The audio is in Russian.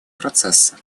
процесса